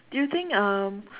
do you think um